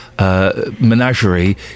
Menagerie